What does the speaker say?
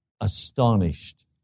astonished